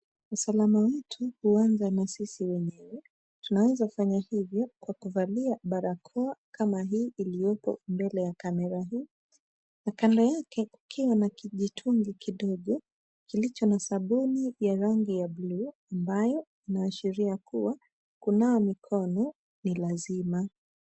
Usalama wetu huanza na sisi wenyewe. Tunaweza fanya hivi kwa kuvalia barakoa kama hili iliopo mbele ya kamera hii na Kando yake kukiwa na kijitungi kidogo kilicho na sabuni ya rangi ya bluu ambayo inaashiria kuwa kunawa mikono ni lazima.